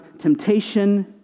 temptation